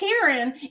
Karen